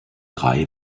drei